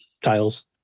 tiles